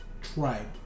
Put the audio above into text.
tribe